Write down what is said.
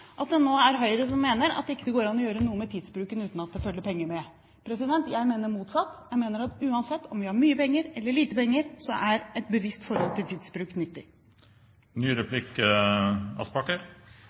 at det nå er Høyre som mener at det ikke går an å gjøre noe med tidsbruken uten at det følger penger med. Jeg mener det motsatte: Jeg mener at uansett om vi har mye penger eller lite penger, er et bevisst forhold til tidsbruk